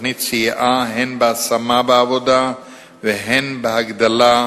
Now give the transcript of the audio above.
התוכנית סייעה הן בהשמה בעבודה והן בהגדלת